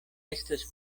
estas